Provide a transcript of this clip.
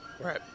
Right